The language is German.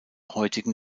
heutigen